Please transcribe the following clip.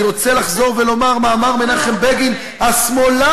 אני רוצה לחזור ולומר מאמר מנחם בגין השמאלן.